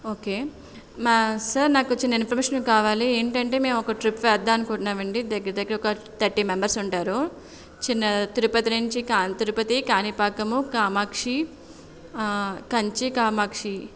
okay మా sir నాకో చిన్న ఇన్ఫర్మేషన్ కావాలి ఏంటంటే మేము ఒక చిన్న ట్రిప్ వేద్దామని అనుకుంటున్నాము అండి దగ్గర దగ్గర థర్టీ మెంబర్స్ ఉంటారు చిన్న తిరుపతి నుంచి కా తిరుపతి కాణిపాకము కామాక్షి కంచి కామాక్షి